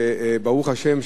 שברוך השם,